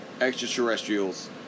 extraterrestrials